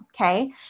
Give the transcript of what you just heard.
Okay